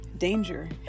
Danger